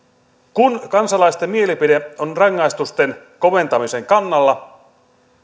kun kansalaisten mielipide on rangaistusten koventamisen kannalla